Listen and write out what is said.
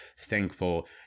thankful